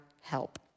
help